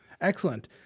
Excellent